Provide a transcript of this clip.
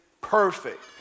perfect